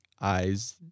eyes